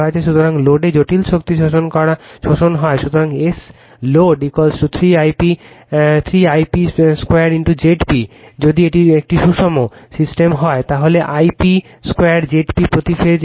সুতরাং লোডে জটিল শক্তি শোষণ হয় সুতরাং S load 3 I p 2 Zp যদি এটি একটি সুষম সিস্টেম হয় তাহলে I p 2 Zp প্রতি ফেজ 3